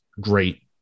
great